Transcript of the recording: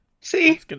See